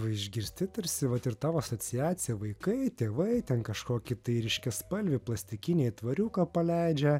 o išgirsti tarsi vat ir tavo asociacija vaikai tėvai ten kažkokį tai ryškiaspalvį plastikinį aitvariuką paleidžia